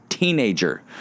Teenager